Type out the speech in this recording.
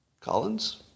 Collins